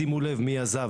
שימו לב מי עזב.